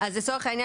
אז לצורך העניין,